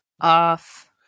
off